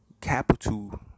Capital